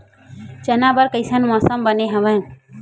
चना बर कइसन मौसम बने हवय?